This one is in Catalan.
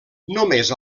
només